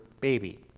baby